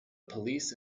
police